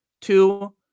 Two